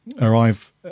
arrive